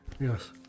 Yes